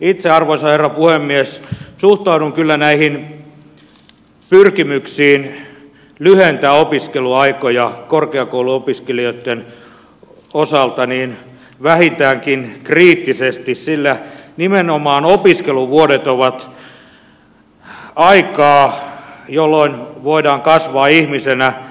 itse arvoisa herra puhemies suhtaudun kyllä näihin pyrkimyksiin lyhentää opiskeluaikoja korkeakouluopiskelijoitten osalta vähintäänkin kriittisesti sillä nimenomaan opiskeluvuodet ovat aikaa jolloin voidaan kasvaa ihmisenä